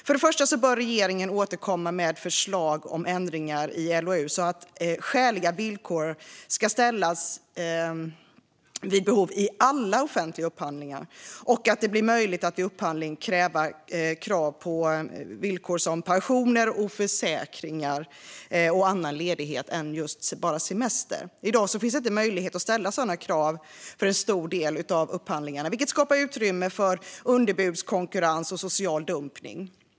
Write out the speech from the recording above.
För det första bör regeringen återkomma med förslag om ändringar i LOU så att krav på skäliga villkor ska ställas vid behov vid alla offentliga upphandlingar och att det blir möjligt att vid upphandling ställa krav på villkor om pensioner, försäkringar och annan ledighet än semester. I dag finns det inte möjlighet att ställa sådana krav för en stor del av upphandlingarna, vilket skapar utrymme för underbudskonkurrens och social dumpning.